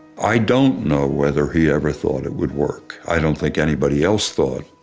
i don't know whether he ever thought it would work. i don't think anybody else thought